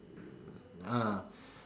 ah